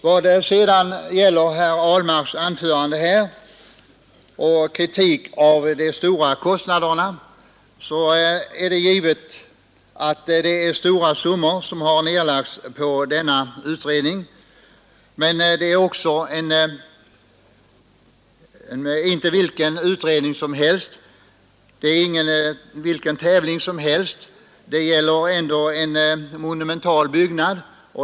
Vad sedan gäller herr Ahlmarks anförande med kritik av de stora kostnaderna är det givet att stora summor nedlagts på denna utredning. Det är emellertid inte vilken utredning och tävling som helst. Det gäller ändå en monumental byggnad.